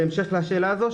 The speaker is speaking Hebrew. בהמשך לשאלה הזו,